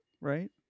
right